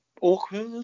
awkward